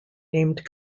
named